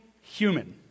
human